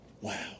wow